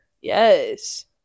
Yes